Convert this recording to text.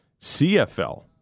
CFL